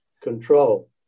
control